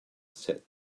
said